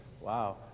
wow